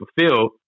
fulfilled